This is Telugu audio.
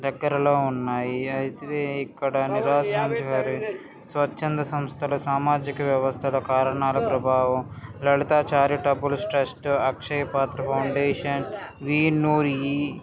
దగ్గరలో ఉన్నాయి అయితే ఇక్కడ నివసించువారు స్వచ్ఛంద సంస్థలు సామాజిక వ్యవస్థల కారణాల ప్రభావం Lalitha charitable trust Akshayapatra foundation వీళ్లు ఈ